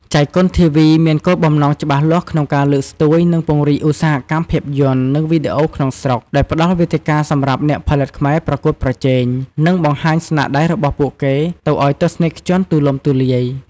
ចៃកុនធីវី មានគោលបំណងច្បាស់លាស់ក្នុងការលើកស្ទួយ និងពង្រីកឧស្សាហកម្មភាពយន្ត និងវីដេអូក្នុងស្រុក ដោយផ្តល់វេទិកាសម្រាប់អ្នកផលិតខ្មែរប្រកួតប្រជែង និងបង្ហាញស្នាដៃរបស់ពួកគេ ទៅឱ្យទស្សនិកជនទូលំទូលាយ។